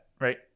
Right